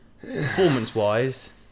Performance-wise